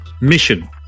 Mission